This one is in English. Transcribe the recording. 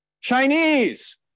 Chinese